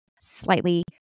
slightly